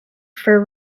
for